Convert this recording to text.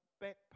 back